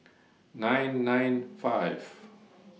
nine nine five